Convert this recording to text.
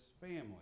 family